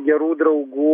gerų draugų